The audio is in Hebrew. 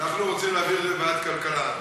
אנחנו רוצים להעביר את זה לוועדת הכלכלה.